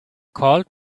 called